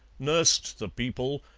nursed the people,